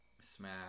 Smash